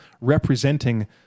representing